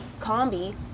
combi